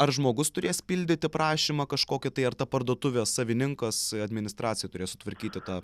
ar žmogus turės pildyti prašymą kažkokį tai ar ta parduotuvės savininkas administracija turės sutvarkyti tą